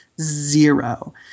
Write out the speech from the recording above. zero